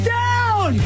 down